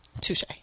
touche